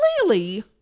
clearly